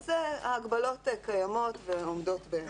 כן, ההגבלות קיימות ועומדות בעינן.